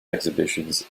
exhibitions